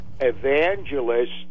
evangelist